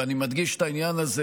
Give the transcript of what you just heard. ואני מדגיש את העניין הזה,